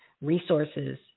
Resources